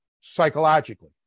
psychologically